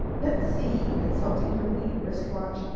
let's see, consulting her wee wrist-watch,